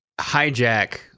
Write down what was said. Hijack